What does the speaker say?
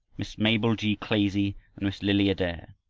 miss mabel g. clazie, and miss lily adair.